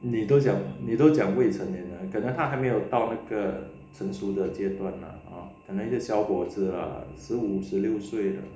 你都讲你都讲未成年了可能他还没到那个成熟的阶段啦 hor 那个小伙子啦十五十六岁的